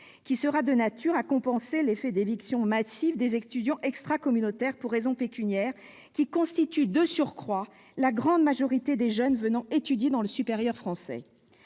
-qui sera de nature à compenser l'effet d'éviction massif des étudiants extracommunautaires pour raison pécuniaire, qui constituent, de surcroît, la grande majorité des jeunes venant étudier dans le supérieur français.